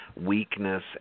weakness